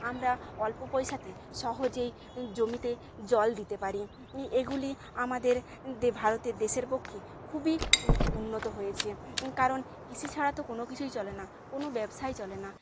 আমরা অল্প পয়সাতেই সহজেই জমিতে জল দিতে পারি এগুলি আমাদের ভারতের দেশের পক্ষে খুবই উন্নত হয়েছে কারণ কৃষি ছাড়া তো কোনো কিছুই চলে না কোনো ব্যবসাই চলে না